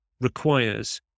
requires